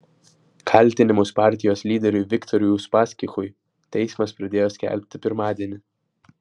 kaltinimus partijos lyderiui viktorui uspaskichui teismas pradėjo skelbti pirmadienį